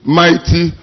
mighty